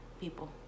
people